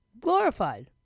Glorified